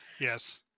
Yes